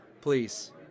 please